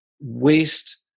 waste